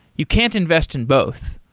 you can't invest in both.